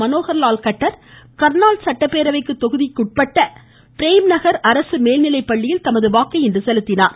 மனோகர்லால் கட்டர் கர்ணால் சட்டப்பேரவைக்குட்பட்ட பிரேம்நகர் அரசு மேல்நிலைப் பள்ளியில் தமது வாக்கை செலுத்தினார்